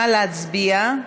נא להצביע.